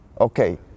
okay